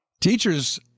teachers